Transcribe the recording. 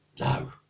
No